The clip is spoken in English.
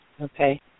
Okay